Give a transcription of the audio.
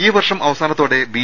ഈ വർഷം അവസാനത്തോടെ ബി